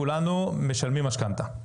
כולנו משלמים משכנתא.